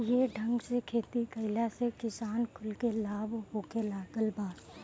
ये ढंग से खेती कइला से किसान कुल के लाभ होखे लागल बा